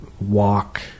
walk